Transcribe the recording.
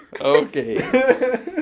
okay